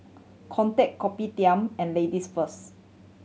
Kodak Kopitiam and Ladies First